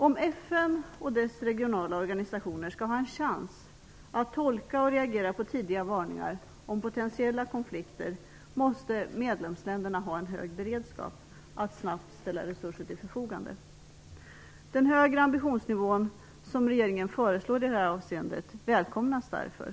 Om FN och dess regionala organisationer skall ha en chans att tolka och reagera på tidiga varningar om potentiella konflikter måste medlemsländerna ha en hög beredskap att snabbt ställa resurser till förfogande. Den högre ambitionsnivå som regeringen föreslår i det här avseendet välkomnas därför.